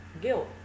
guilt